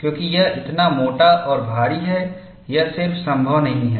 क्योंकि यह इतना मोटा और भारी है यह सिर्फ संभव नहीं है